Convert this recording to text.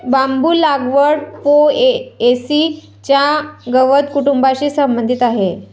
बांबू लागवड पो.ए.सी च्या गवत कुटुंबाशी संबंधित आहे